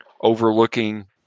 overlooking